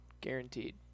Guaranteed